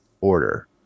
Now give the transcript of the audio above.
order